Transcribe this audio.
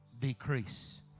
decrease